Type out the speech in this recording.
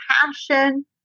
passion